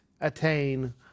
attain